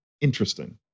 interesting